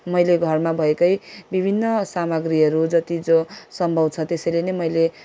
मैले घरमा भएकै विभिन्न सामग्रीहरू जति जो सम्भव छ त्यसरी नै मैले